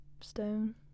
stone